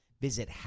Visit